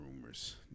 rumors